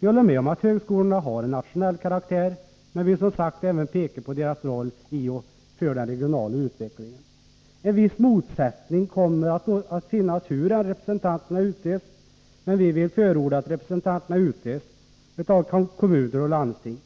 Vi håller med om att högskolorna har en nationell karaktär men vill som sagt även peka på deras roll i och för den regionala utvecklingen. En viss motsättning kommer att finnas hur än representanterna utses, men vi vill förorda att de utses av kommuner och landsting.